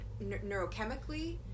neurochemically